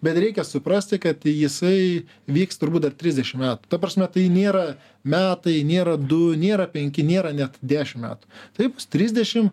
bet reikia suprasti kad jisai vyks turbūt dar trisdešim metų ta prasme tai nėra metai nėra du nėra penki nėra net dešim metų tai bus trisdešim